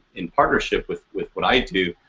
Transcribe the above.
in partnership with with what i do.